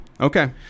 Okay